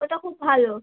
ওটা খুব ভালো